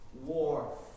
war